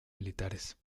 militares